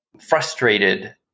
frustrated